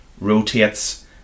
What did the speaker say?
rotates